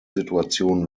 situation